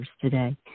today